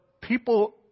people